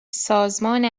سازمان